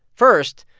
first,